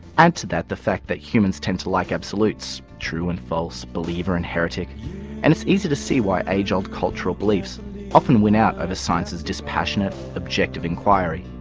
add to that the fact that humans tend to like absolutes true and false, believer and heretic and it's easy to see why age-old cultural beliefs often win out over science's dispassionate objective enquiry.